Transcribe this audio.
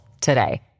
today